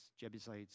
Jebusites